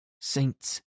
Saints